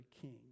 king